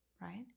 right